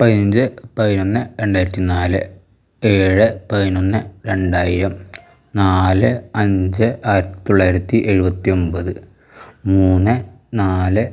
പതിനഞ്ച് പതിനൊന്ന് രണ്ടായിരത്തി നാല് ഏഴ് പതിനൊന്ന് രണ്ടായിരം നാല് അഞ്ച് ആയിരത്തി തൊള്ളായിരത്തി എഴുപത്തി ഒമ്പത് മൂന്ന് നാല്